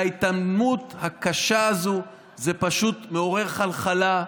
וההתעלמות הקשה הזו, זה פשוט מעורר חלחלה.